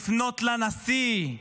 לפנות לנשיא,